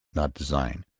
not design.